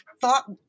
thought